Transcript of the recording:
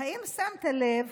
האם שמת לב,